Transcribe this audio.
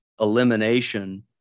elimination